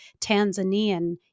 Tanzanian